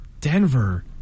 Denver